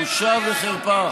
בושה וחרפה.